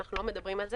אנחנו לא מדברים על זה.